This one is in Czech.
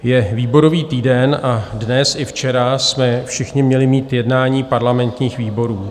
Je výborový týden a dnes i včera jsme všichni měli mít jednání parlamentních výborů.